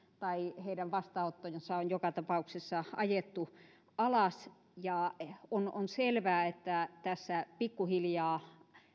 tai heidän vastaanottojansa on joka tapauksessa ajettu alas on on selvää että tässä pikkuhiljaa